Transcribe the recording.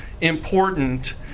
important